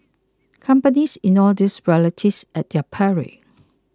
companies ignore these realities at their peril